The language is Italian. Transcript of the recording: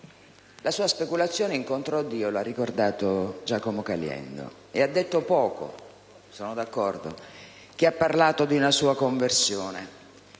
La sua speculazione incontrò Dio, lo ha ricordato Giacomo Caliendo. E ha detto poco, sono d'accordo, chi ha parlato di una sua conversione,